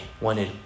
wanted